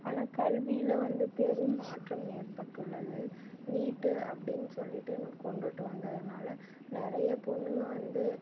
ஆனால் கல்வியில் வந்து பெரும் மாற்றம் ஏற்பட்டுள்ளது நீட்டு அப்படின்னு சொல்லிட்டு கொண்டுகிட்டு வந்ததுனால் நிறைய பொண்ணுங்கள் வந்து